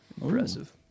Impressive